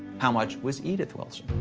how much was edith wilson?